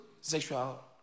sexual